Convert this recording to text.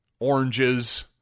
oranges